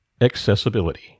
accessibility